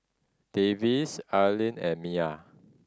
Davis Arlyn and Miya